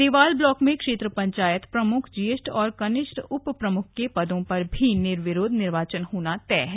देवाल ब्लाक में क्षेत्र पंचायत प्रमुख ज्येष्ठ और कनिष्ठ उप प्रमुख के पदों पर भी निर्विरोध निर्वाचन होना तय है